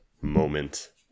moment